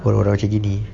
orang-orang macam gini